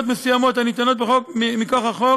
לעניין הטבות מסוימות הניתנות מכוח החוק